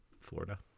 Florida